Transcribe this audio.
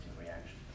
reaction